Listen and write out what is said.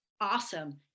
awesome